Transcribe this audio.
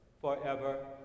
forever